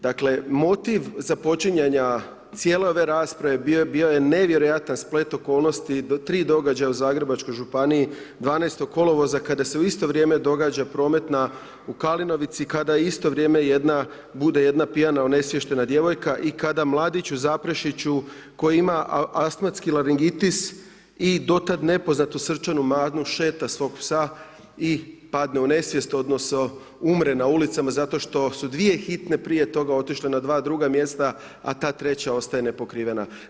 Dakle, motiv započinjanja cijele ove rasprave bio je nevjerojatan splet okolnosti tri događaja u zagrebačkoj županiji 12. kolovoza kada se u isto vrijeme događa prometna u Kalinovici kada isto vrijeme jedna bude jedna pijana onesviještena djevojka i kada mladić u Zaprešiću, koji ima asmetski laringitis i do tada nepoznatu srčanu manu, šeta svog psa, padne u nesvijest, odnosno, umre na ulicama, zato što su dvije hitne prije toga, otišla na 2 druga mjesta, a ta 3 ostaje nepokrivena.